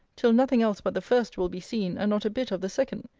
till nothing else but the first will be seen, and not a bit of the second.